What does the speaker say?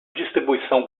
distribuição